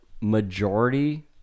majority